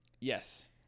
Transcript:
Yes